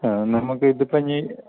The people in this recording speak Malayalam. ആ നമുക്ക് ഇത് ഇപ്പം ഇനി